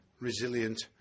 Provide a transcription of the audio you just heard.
resilient